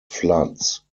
floods